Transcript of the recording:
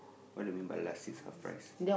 what do you mean by last seats half price